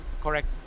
correct